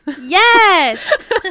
Yes